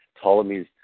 Ptolemy's